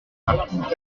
rapidement